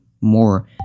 more